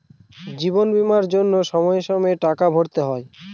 জীবন বীমার জন্য সময়ে সময়ে টাকা ভরতে হয়